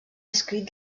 escrit